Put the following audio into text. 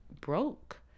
broke